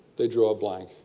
they draw a blank.